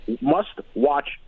must-watch